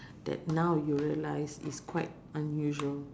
that now you realise is quite unusual